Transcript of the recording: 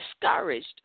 discouraged